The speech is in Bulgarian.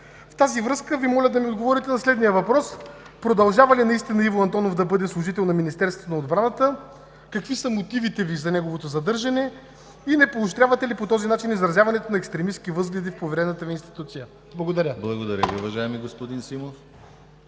В тази връзка Ви моля да ми отговорите на следния въпрос: продължава ли наистина Иво Антонов да бъде служител на Министерството на отбраната? Какви са мотивите Ви за неговото задържане? Не поощрявате ли по този начин изразяването на екстремистки възгледи в поверената Ви институция? Благодаря. ПРЕДСЕДАТЕЛ ДИМИТЪР ГЛАВЧЕВ: Благодаря Ви, уважаеми господин Симов.